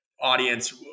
audience